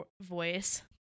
voice